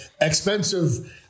expensive